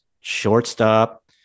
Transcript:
shortstop